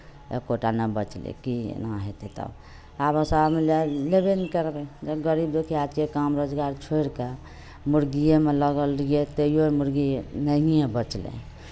एको टा नहि बचलै की केना हेतै तब आगूसँ आब लेबे नहि करबै जब गरीब दुखिया छियै काम रोजगार छोड़ि कऽ मुर्गिएमे लागल रहियै तैयो मुर्गी नहिए बचलै